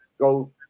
go